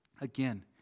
again